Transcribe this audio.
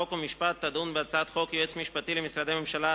חוק ומשפט תדון בהצעת חוק יועץ משפטי למשרדי הממשלה,